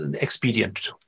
expedient